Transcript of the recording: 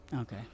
Okay